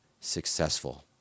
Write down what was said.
successful